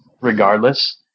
regardless